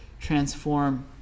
transform